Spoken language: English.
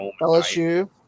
LSU